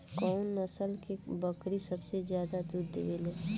कउन नस्ल के बकरी सबसे ज्यादा दूध देवे लें?